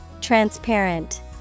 Transparent